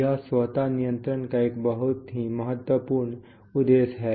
यह स्वत नियंत्रण का एक बहुत ही महत्वपूर्ण उद्देश्य है